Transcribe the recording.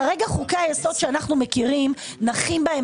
כרגע חוקי היסוד שאנחנו מכירים נחים בהם